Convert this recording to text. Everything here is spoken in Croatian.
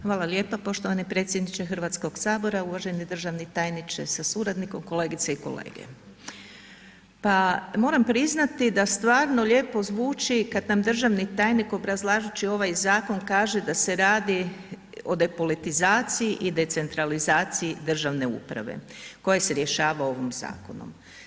Hvala lijepa poštovani predsjedniče HS, uvaženi državni tajniče sa suradnikom, kolegice i kolege, pa moram priznati da stvarno lijepo zvuči kad nam državni tajnik obrazlažući ovaj zakon kaže da se radi o depolitizaciji i decentralizaciji državne uprave koje se rješava ovim zakonom.